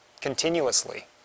continuously